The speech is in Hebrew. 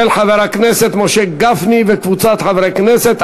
של חבר הכנסת משה גפני וקבוצת חברי כנסת.